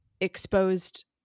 exposed